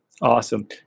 awesome